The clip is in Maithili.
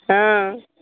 हँ